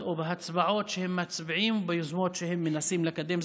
או בהצבעות שהם מצביעים וביוזמות שהם מנסים לקדם.